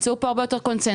תמצאו פה הרבה יותר קונצנזוס.